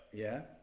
yeah.